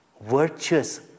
virtuous